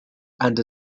and